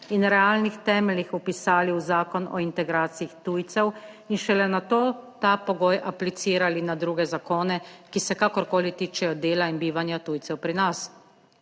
in realnih temeljih vpisali v Zakon o integraciji tujcev in šele nato ta pogoj aplicirali na druge zakone, ki se kakorkoli tičejo dela in bivanja tujcev pri nas?